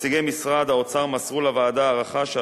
נציגי משרד האוצר מסרו לוועדה הערכה,